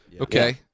Okay